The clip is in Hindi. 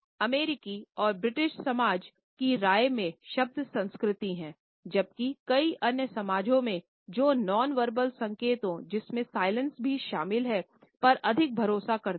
अमेरिकी और ब्रिटिश समाज की राय में शब्द संस्कृति हैं जबकि कई अन्य समाजों में जो नॉनवर्बल भी शामिल हैं पर अधिक भरोसा करते हैं